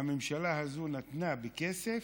הממשלה הזאת נתנה, בכסף,